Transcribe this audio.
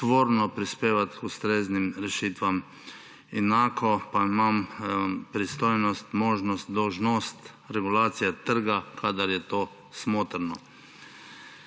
tvorno prispevati k ustreznim rešitvam. Enako pa imam pristojnost, možnost, dolžnost regulacije trga, kadar je to smotrno.